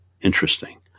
interesting